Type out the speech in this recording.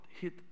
hit